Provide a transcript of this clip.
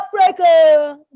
heartbreaker